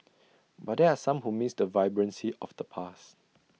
but there are some who miss the vibrancy of the past